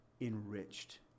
enriched